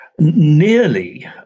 nearly